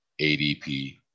ADP